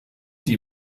die